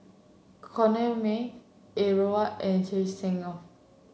Corrinne May Er Alsagoff